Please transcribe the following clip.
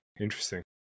Interesting